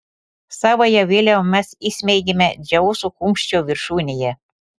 savąją vėliavą mes įsmeigėme dzeuso kumščio viršūnėje